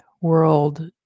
world